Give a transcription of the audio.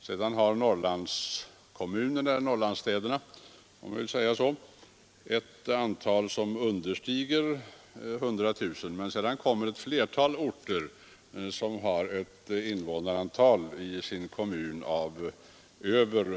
Sedan har Norrlandsstäderna, om jag får säga så, ett invånarantal som understiger 100 000. Men därefter kommer ett flertal kommuner som har ett invånarantal på över 100 000.